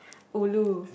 ulu